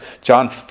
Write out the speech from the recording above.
John